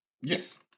Yes